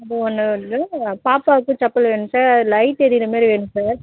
அப்புறம் ஒன்று வந்து பாப்பாவுக்கும் செப்பல் வேணும் சார் லைட் எரியிற மாரி வேணும் சார்